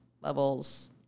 levels